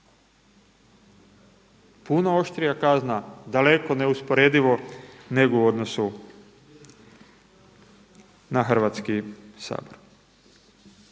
Puno oštrija kazna, daleko neusporedivo nego u odnosu na Hrvatski sabor.